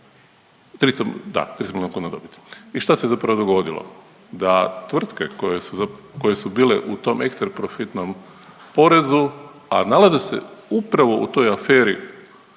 300 milijuna kuna dobiti. I šta se zapravo dogodilo? Da tvrtke koje su bile u tom ekstra profitnom porezu, a nalaze se upravo u toj aferi